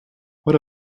what